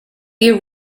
you